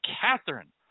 Catherine